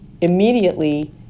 immediately